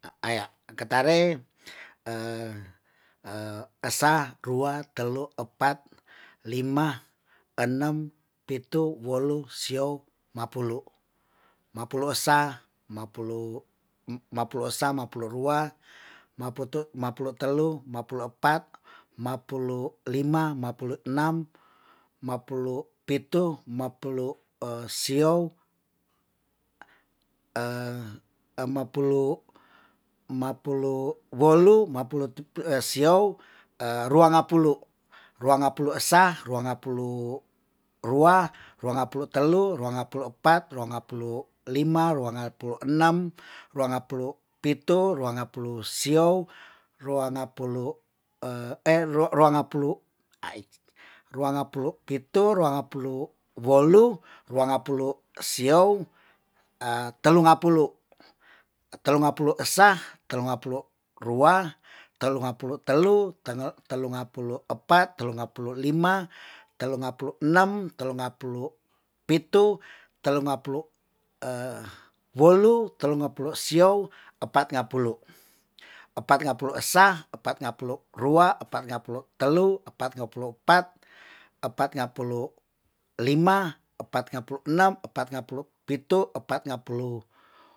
Aya' ketare, sa, rua, telu, empat, lima, enam, pitu, wolu, siou, mapulu. Mapulu sa, mapulu sa, mapulu rua, mapulu telu, mapulu epat, mapulu lima, mapulu enam, mapulu pitu, mapulu siou, mapulu mapulu wolu, mapulu siou, rua ngapulu. rua ngapulu esa, rua ngapulu rua, rua ngapulu telu, rua ngapulu epat, rua ngapulu lima, rua ngapulu enam, rua ngapulu pitu, rua ngapulu siou, rua ngapulu, rua ngapulu pitu, rua ngapulu wolu, rua ngapulu siou, telu ngapulu. Telu ngapulu esa, telu ngapulu rua, telu ngapulu telu, telu ngapulu epat, telu ngapulu lima. telu ngapulu enam, telu ngapulu pitu, telu ngapulu wolu. telu ngapulu siou, epat ngapulu. Epat ngapulu esa, epat ngapulu rua, epat ngapulu telu, epat ngapulu epat, epat ngapulu lima, epat ngapulu enam, epat ngapulu pitu, epat ngapulu.